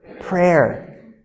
prayer